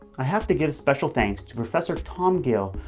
i have to give special thanks to professor tom gill,